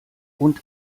und